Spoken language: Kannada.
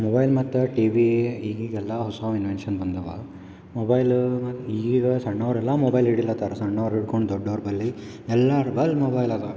ಮೊಬೈಲ್ ಮತ್ತು ಟಿವಿ ಈಗೀಗ ಎಲ್ಲ ಹೊಸ ಇನ್ವೆನ್ಶನ್ ಬಂದಾವೆ ಮೊಬೈಲ್ ಮತ್ತು ಈಗೀಗ ಸಣ್ಣವ್ರು ಎಲ್ಲ ಮೊಬೈಲ್ ಹಿಡಿಲತ್ತಾರ ಸಣ್ಣವ್ರು ಹಿಡ್ಕೊಂಡು ದೊಡ್ಡೋರು ಬಳಿ ಎಲ್ಲಾರ ಬಳಿ ಮೊಬೈಲ್ ಅದ